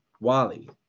Wally